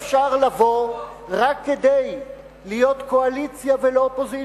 איך אפשר לבוא רק כדי להיות קואליציה ולא אופוזיציה?